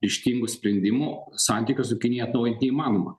ryžtingų sprendimų santykių su kinija atnaujint įmanoma